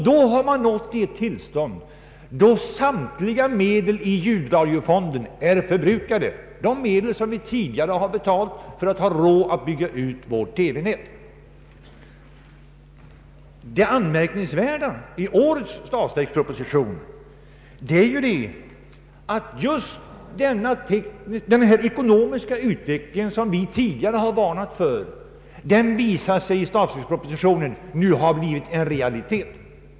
Då har man nått ett tillstånd då samtliga medel i ljudradiofonden är förbrukade — de medel som vi tidigare har betalt för att ha råd att bygga ut vårt TV-nät. Det anmärkningsvärda i årets statsverksproposition är att just den ekonomiska utveckling som vi tidigare varnat för visar sig nu ha blivit en realitet.